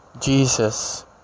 Jesus